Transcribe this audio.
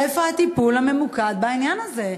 איפה הטיפול הממוקד בעניין הזה?